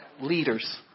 leaders